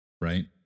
Right